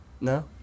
no